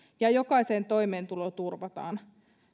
ja jokaisen toimeentulo turvataan